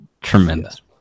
Tremendous